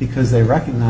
because they recognize